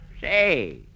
Say